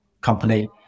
company